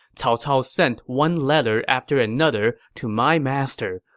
cao cao sent one letter after another to my master,